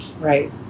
Right